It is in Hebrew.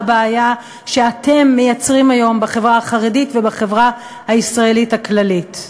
שאתם מייצרים היום בחברה החרדית ובחברה הישראלית הכללית.